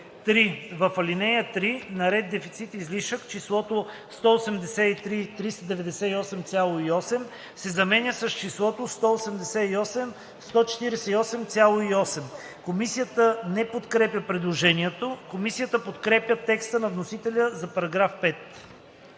В алинея 3, на ред „Дефицит /-/, Излишък /+/”, числото „183 398,8” се заменя с числото „188 148,8”. Комисията не подкрепя предложението. Комисията подкрепя текста на вносителя за § 5.